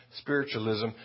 spiritualism